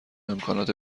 امکانات